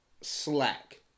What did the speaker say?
slack